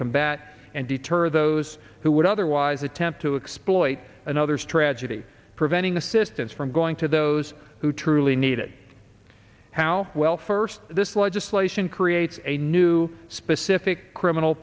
combat and deter those who would otherwise attempt to exploit another's tragedy preventing assistance from going to those who truly need it how well first this legislation creates a new specific criminal